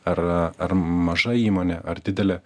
ar ar maža įmonė ar didelė